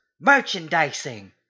Merchandising